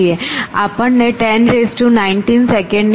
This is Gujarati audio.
આપણને 10 19 સેકંડની જરૂર પડે છે